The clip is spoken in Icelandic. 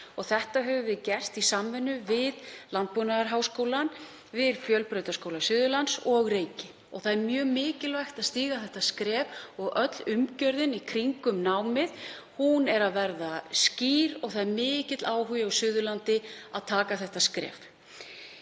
Þetta höfum við gert í samvinnu við Landbúnaðarháskólann, Fjölbrautaskóla Suðurlands og Reyki. Það er mjög mikilvægt að stíga þetta skref og öll umgjörðin í kringum námið er að verða skýr og á Suðurlandi er mikill áhugi á því að stíga þetta skref.